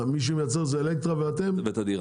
מי שמייצר זה אלקטרה ותדיראן?